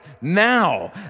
now